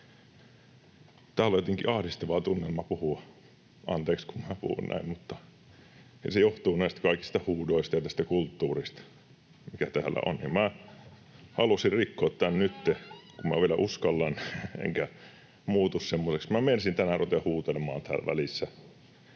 Täällä on jotenkin ahdistava tunnelma puhua. Anteeksi, kun minä puhun näin. Se johtuu näistä kaikista huudoista ja tästä kulttuurista, mikä täällä on, ja minä halusin rikkoa tämän nyt, kun minä vielä uskallan, enkä muutu semmoiseksi... Minä meinasin tänään ruveta jo huutelemaan täällä